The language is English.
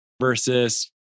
versus